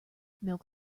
milk